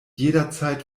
jederzeit